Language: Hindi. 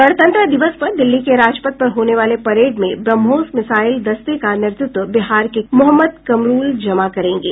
गणतंत्र दिवस पर दिल्ली के राजपथ पर होने वाले परेड में ब्रह्मोस मिसाईल दस्ते का नेतृत्व बिहार के मोहम्मद कमरूल जमां करेंगे